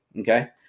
okay